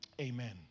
Amen